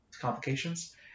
complications